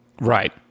Right